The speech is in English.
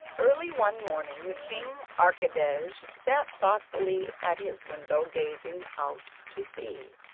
early one morning king archidej sat thoughtfully at his window gazing out to sea.